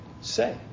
say